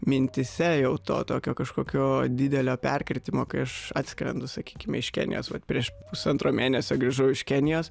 mintyse jau to tokio kažkokio didelio perkirtimo kai aš atskrendu sakykime iš kenijos vat prieš pusantro mėnesio grįžau iš kenijos